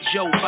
Joe